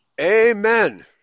Amen